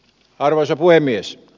arvoisa puhemies